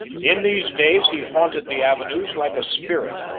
in these days he haunted the avenues like a spirit,